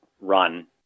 run